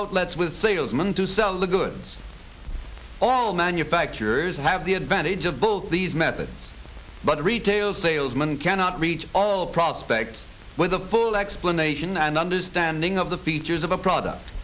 outlets with salesmen to sell the goods all manufacturers have the advantage of both these methods but retail salesman cannot reach all prospects with a full explanation and understanding of the features of a product